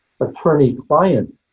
attorney-client